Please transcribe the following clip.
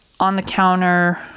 on-the-counter